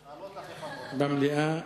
סיעה,